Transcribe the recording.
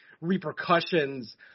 repercussions